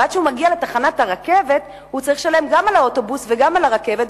ועד שהוא מגיע לתחנת הרכבת הוא צריך לשלם גם על האוטובוס וגם על הרכבת,